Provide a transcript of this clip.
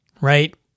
right